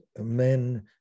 men